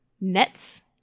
Nets